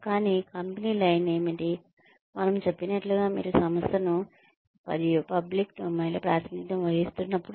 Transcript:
కానీ company line ఏమిటి మనము చెప్పినట్లుగా మీరు సంస్థను మరియు పబ్లిక్ డొమైన్ లో ప్రాతినిధ్యం వహిస్తున్నప్పుడు